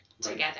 together